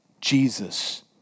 Jesus